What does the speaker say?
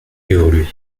évoluer